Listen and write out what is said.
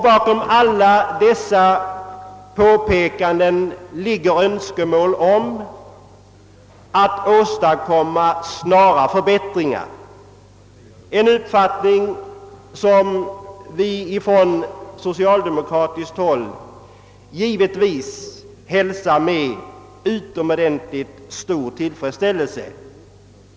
Bakom alla dessa påpekanden ligger önskemål om att åstadkomma snara förbättringar, en uppfattning som vi från socialdemokratiskt håll givetvis hälsar med utomordentligt stor tillfredsställelse.